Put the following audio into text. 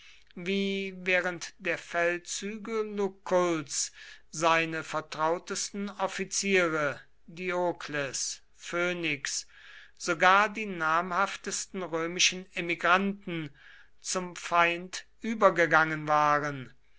wie während der feldzüge luculls seine vertrautesten offiziere diokles phönix sogar die namhaftesten römischen emigranten zum feind übergegangen waren